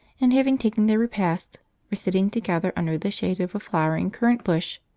and having taken their repast were sitting together under the shade of a flowering currant-bush,